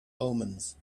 omens